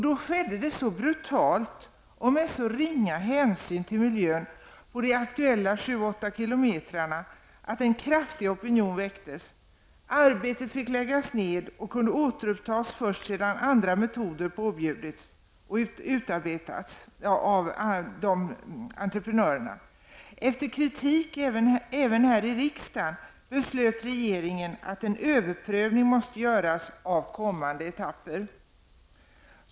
Då skedde de så brutalt och med så ringa hänsyn till den miljö som de aktuella 7--8 kilometrarna omfattar, att en kraftig opinion väcktes. Arbetet fick läggas ned och kunde återupptas först sedan andra metoder hade utarbetats av entreprenörer och påbjudits. Efter kritik även här i riksdagen beslöt regeringen att en överprövning måste göras av kommande etapper.